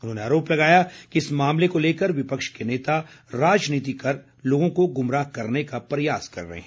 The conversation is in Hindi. उन्होंने आरोप लगाया कि इस मामले को लेकर विपक्ष के नेता राजनीति कर लोगों को गुमराह करने का प्रयास कर रहे हैं